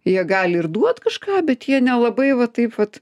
jie gali ir duot kažką bet jie nelabai va taip vat